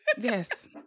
yes